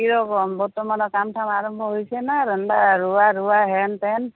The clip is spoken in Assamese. কিয় কম বৰ্তমানৰ কাম চাম আৰম্ভ হৈছে না ৰন্ধা ৰোৱা ৰোৱা হেন তেন